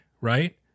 right